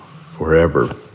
forever